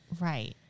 Right